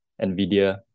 NVIDIA